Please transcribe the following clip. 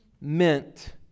meant